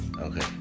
okay